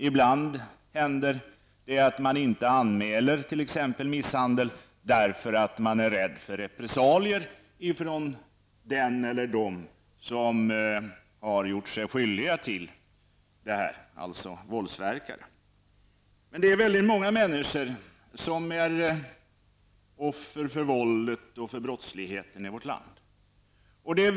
Ibland händer det att man inte anmäler t.ex. misshandel därför att man är rädd för repressalier från den eller dem som gjort sig skyldiga till brottet, alltså våldsverkarna. Det är väldigt många människor som är offer för våldet och brottsligheten i vårt land.